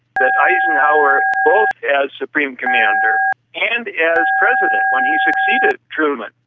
that eisenhower, both as supreme commander and as president, when he succeeded truman,